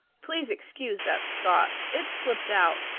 please excuse that scotch it slipped out.